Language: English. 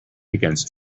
against